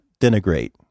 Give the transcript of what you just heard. denigrate